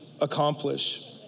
accomplish